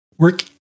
Work